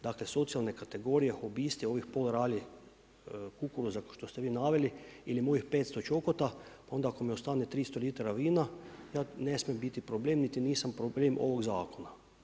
Dakle socijalna kategorija hobisti ovih pola rali kukuruza što ste vi naveli ili mojih 500 čokota, onda ako mi ostane 300 litara vina ja ne smijem biti problem niti nisam problem ovog zakona.